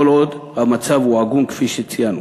כל עוד המצב הוא עגום כפי שציינו.